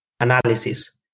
analysis